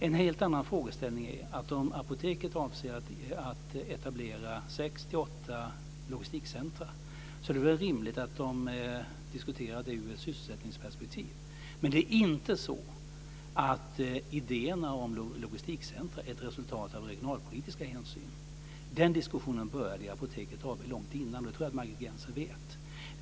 En helt annan frågeställning är att om Apoteket avser att etablera 6-8 logistikcentrum är det väl rimligt att de diskuterar det ur ett sysselsättningsperspektiv. Men det är inte så att idén om logistikcentrum är ett resultat av regionalpolitiska hänsyn. Den diskussionen började i Apoteket AB långt innan. Jag tror att Margit Gennser vet det.